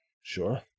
sure